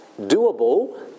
doable